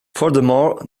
furthermore